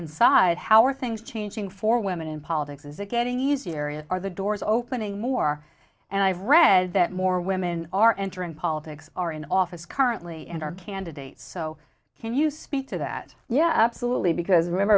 inside how are things changing for women in politics is it getting easier here are the doors opening more and i've read that more women are entering politics are in office currently and are candidates so can you speak to that yeah absolutely because remember